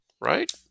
right